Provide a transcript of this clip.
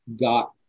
got